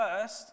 first